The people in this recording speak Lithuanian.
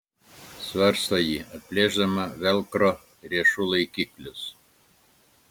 svarsto ji atplėšdama velcro riešų laikiklius